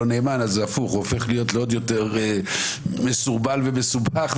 נאמן אז הפוך הוא הופך להיות עוד יותר מסורבל ומסובך,